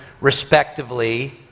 respectively